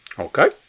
Okay